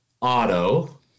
Auto